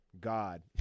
God